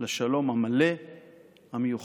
לשלום המלא המיוחל.